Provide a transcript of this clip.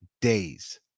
days